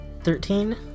Thirteen